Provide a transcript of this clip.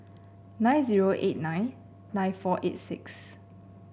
nine zero eight nine nine four eight six